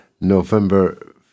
November